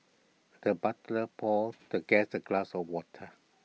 the butler poured the guest A glass of water